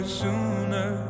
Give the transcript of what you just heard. sooner